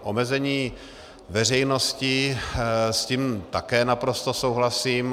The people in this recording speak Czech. Omezení veřejnosti, s tím také naprosto souhlasím.